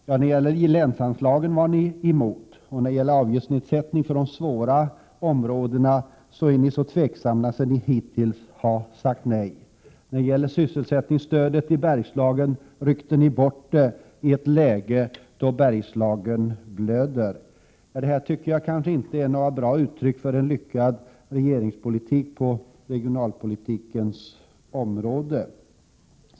När det gäller länsanslagen var ni emot, och när det gäller avgiftsnedsättningen för de svårast utsatta områdena är ni så tveksamma att ni hittills har sagt nej. Sysselsättningsstödet i Bergslagen ryckte ni bort i ett läge då Bergslagen blödde. Detta tycker jag inte är några bra uttryck för en lyckad regeringspolitik på regionalpolitikens område.